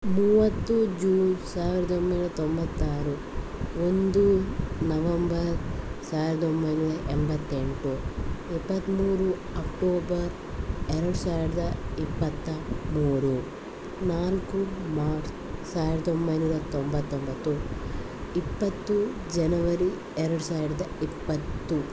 ಮೂವತ್ತು ಜೂನ್ ಸಾವಿರದ ಒಂಬೈನೂರ ತೊಂಬತ್ತಾರು ಒಂದು ನವಂಬರ್ ಸಾವಿರದ ಒಂಬೈನೂರ ಎಂಬತ್ತೆಂಟು ಇಪ್ಪತ್ತ್ಮೂರು ಅಕ್ಟೋಬರ್ ಎರಡು ಸಾವಿರದ ಇಪ್ಪತ್ತ ಮೂರು ನಾಲ್ಕು ಮಾರ್ಚ್ ಸಾವಿರದ ಒಂಬೈನೂರ ತೊಂಬತ್ತೊಂಬತ್ತು ಇಪ್ಪತ್ತು ಜನವರಿ ಎರಡು ಸಾವಿರದ ಇಪ್ಪತ್ತು